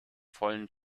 vollen